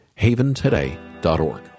haventoday.org